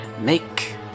make